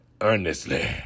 earnestly